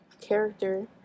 character